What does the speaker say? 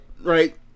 Right